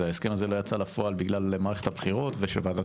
ההסכם לא יצא לפועל בגלל מערכת הבחירות וועדת